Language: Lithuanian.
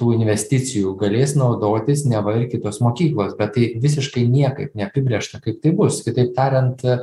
tų investicijų galės naudotis neva ir kitos mokyklos bet tai visiškai niekaip neapibrėžta kaip tai bus kitaip tariant